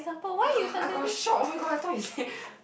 I got I got shock oh-my-god I thought you say